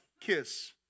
kiss